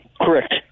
correct